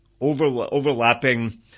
overlapping